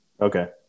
Okay